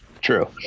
True